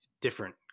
different